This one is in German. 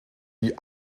die